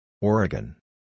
Oregon